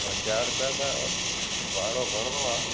हज़ार रुपया त भाड़ो घणो आहे